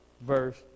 verse